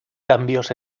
cambios